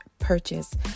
Purchase